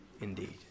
Indeed